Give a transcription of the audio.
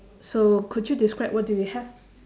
so could you describe what do you have